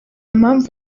mpamvu